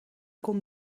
kon